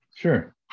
Sure